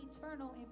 eternal